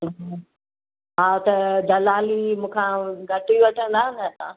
हा त दलाली मूंखां घटि ई वठंदा न तव्हां